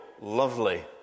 lovely